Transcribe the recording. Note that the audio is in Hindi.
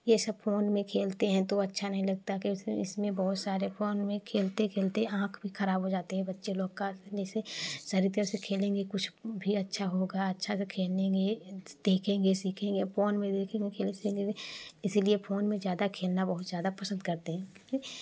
ये सब फोन में खेलते हैं तो अच्छा नहीं लगता कि उसे इसमें बहुत सारे फोन में खेलते खेलते आँख भी खराब हो जाती है बच्चे लोग का जैसे शारीरिक तरफ से खेलेंगे कुछ भी अच्छा होगा अच्छा से खेलेंगे देखेंगे सीखेंगे फ़ोन में इसीलिए फोन में ज्यादा खेलना बहुत ज्यादा पसंद करते हैं